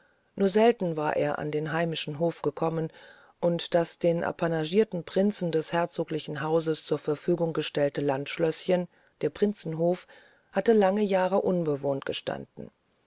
nur selten war er an den heimischen hof gekommen und das den apanagierten prinzen des herzoglichen hauses zur verfügung gestellte landschlößchen der prinzenhof hatte lange jahre unbewohnt gestanden